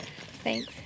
Thanks